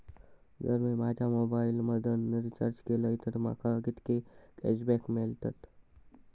जर मी माझ्या मोबाईल मधन रिचार्ज केलय तर माका कितके कॅशबॅक मेळतले?